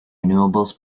renewables